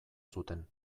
zuten